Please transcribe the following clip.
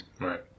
Right